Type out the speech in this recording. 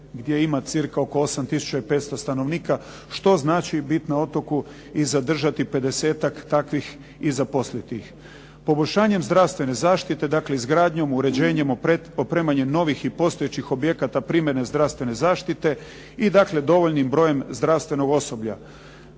gdje ima cca oko 8 tisuća i 500 stanovnika. Što znači biti na otoku i zadržati 50-ak takvih i zaposliti ih. Poboljšanjem zdravstvene zaštite, izgradnjom, uređenjem, opremanjem novih i postojećih objekata primarne zdravstvene zaštite i dovoljnim brojem zdravstvenog osoblja.